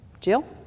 Jill